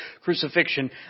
crucifixion